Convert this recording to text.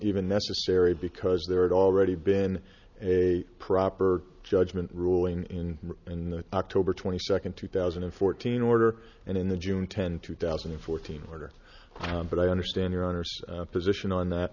even necessary because there are already been a proper judgement ruling in and the october twenty second two thousand and fourteen order and in the june tenth two thousand and fourteen order but i understand your honour's position on that